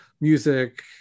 music